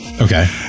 Okay